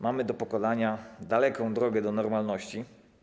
Mamy do pokonania daleką drogę do normalności.